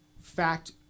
Fact